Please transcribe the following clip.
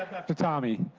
after tommy?